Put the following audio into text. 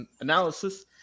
analysis